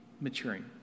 maturing